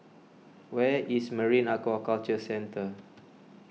where is Marine Aquaculture Centre